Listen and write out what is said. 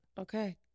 Okay